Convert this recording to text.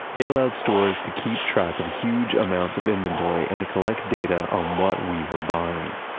they allowed stores to keep track of huge amounts of inventory and to collect data on what we were buying,